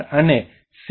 અને સી